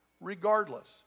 regardless